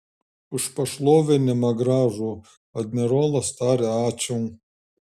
už pašlovinimą gražų admirolas taria ačiū